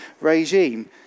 regime